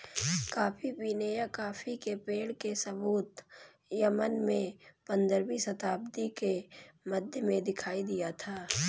coffee पीने या coffee के पेड़ के सबूत यमन में पंद्रहवी शताब्दी के मध्य में दिखाई दिया था